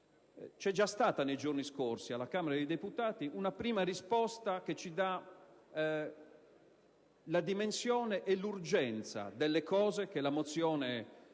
C'è già stata nei giorni scorsi alla Camera dei deputati una prima risposta che ci dà la dimensione e l'urgenza delle cose che la mozione